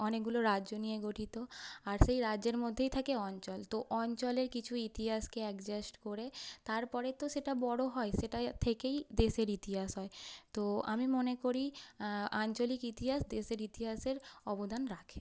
অনেকগুলো রাজ্য নিয়ে গঠিত আর সেই রাজ্যের মধ্যেই থাকে অঞ্চল তো অঞ্চলের কিছু ইতিহাসকে অ্যাডজাস্ট করে তারপরে তো সেটা বড় হয় সেটার থেকেই দেশের ইতিহাস হয় তো আমি মনে করি আঞ্চলিক ইতিহাস দেশের ইতিহাসের অবদান রাখে